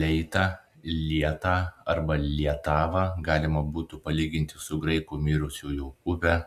leitą lietą arba lietavą galima būtų palyginti su graikų mirusiųjų upe